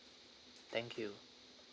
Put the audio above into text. thank you